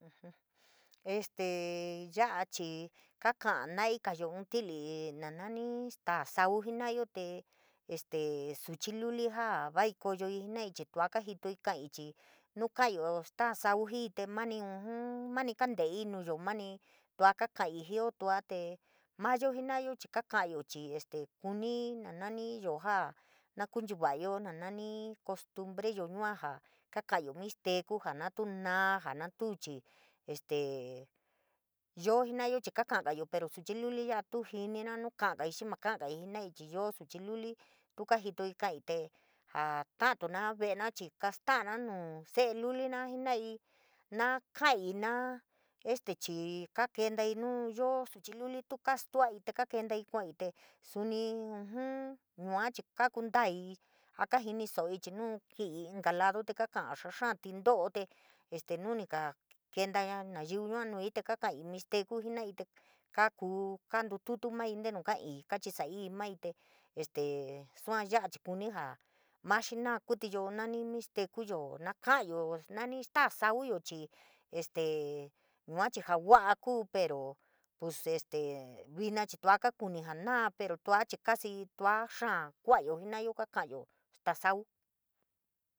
Este ya’a chii kaka’a naigayo nti’ili na nani stera sau jena’ayo te, este suchi luli jaa vaikoyoi jinaii chii tua kaajitoii kaaii, chii nu ka’ayo staa sauujiii te mani uju mani kanteii nuyo, mani tua kakaii jioo tua te, mayo jenayo ka’ayo chii este kuni naniyo ja jaakunchava’ayo nanani costumbre yo yua ja kaka’ayo mixtecu, jaa na tu naá ja na tuu chii este voo jena’ayo chii kaaka’agayo, pero suchi luli ya’a tuu jiniro nuu ka’agaii xii ma ko’agaii ji naii, chii ioo suchi luli tu kaajitoii kaii, te jaa ka’atuna ve’ena chii kasto’ara nuu se’e lulina jenaii naa kaii, naa este chii ka kentaii chii nuu ioo suchi luli tuu kastuaii te kakentaii kuaii, tee suni ujun yua chii kundaii a kijinisoi chii nuu ki’in inka lado xaa xáá tintoro, te este nu ni kakenta ña nayiu yua nuii te kakaii kachisaii maii te este, sua ya’a chii kuni jaa ma snaa kuítíyo nani mixtecu yo naa ka’ayo staa sauyo chii este tua kakuni jaa naa pero tus chii casi tua xaa kua’ayo jena’ayo kaka’ayo staa sauu.